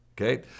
okay